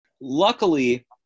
Luckily